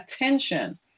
attention